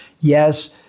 Yes